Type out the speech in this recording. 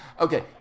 okay